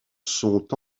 sont